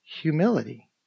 humility